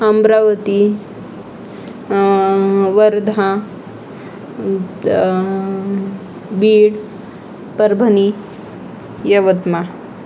Amravati Wardha Beed Parbhani Yavatmal